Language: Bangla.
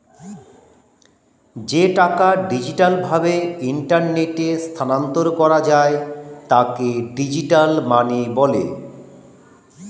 যে টাকা ডিজিটাল ভাবে ইন্টারনেটে স্থানান্তর করা যায় তাকে ডিজিটাল মানি বলে